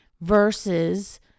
versus